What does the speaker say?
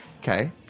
Okay